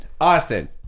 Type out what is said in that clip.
Austin